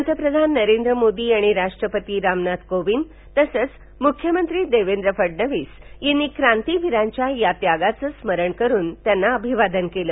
पंतप्रधान नरेंद्र मोदी आणि राष्ट्रपती रामनाथ कोविंद तसंच मुख्यमंत्री देवेंद्र फडणवीस यांनी क्रांतीबीरांच्या त्यागाचं स्मरण करून वभिवादन केलं